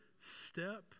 Step